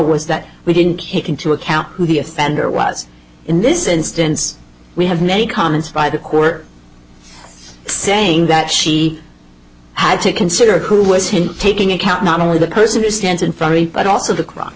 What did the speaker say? was that we didn't take into account who the offender was in this instance we have made comments by the court saying that she had to consider who was he taking account not only the person who stands in front but also the c